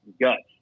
guts